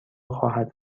خواهد